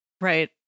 Right